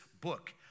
book